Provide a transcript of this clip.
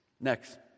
Next